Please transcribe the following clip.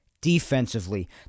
defensively